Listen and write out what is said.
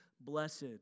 blessed